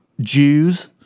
Jews